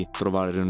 trovare